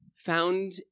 found